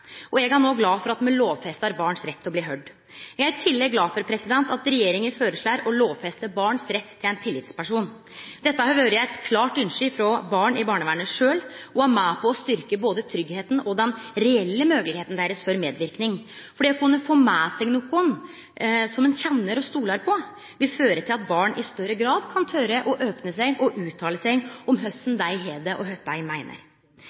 barnevernet. Eg er no glad for at me lovfestar barn sin rett til å bli høyrde. Eg er i tillegg glad for at regjeringa føreslår å lovfeste barn sin rett til å få ein tillitsperson. Dette har vore eit klart ønske frå barn i barnevernet sjølv, og er med på å styrkje både tryggleiken og den reelle moglegheita deira for medverknad. Det å få med seg nokon som ein kjenner og stolar på, vil føre til at barn i større grad kan tore opne seg og uttale seg om korleis dei har det og kva dei meiner.